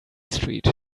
street